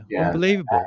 unbelievable